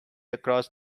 across